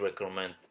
recommend